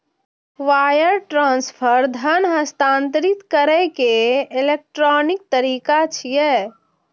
wire transfer धन हस्तांतरित करै के इलेक्ट्रॉनिक तरीका छियै